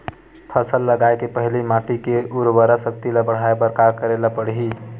फसल लगाय के पहिली माटी के उरवरा शक्ति ल बढ़ाय बर का करेला पढ़ही?